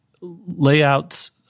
layouts